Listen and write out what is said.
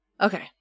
okay